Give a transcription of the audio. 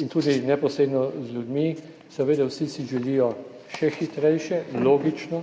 in tudi neposredno z ljudmi –seveda, vsi si želijo še hitrejše, logično,